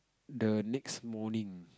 the next morning